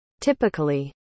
Typically